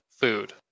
food